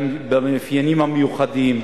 במאפיינים המיוחדים,